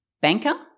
banker